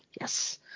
Yes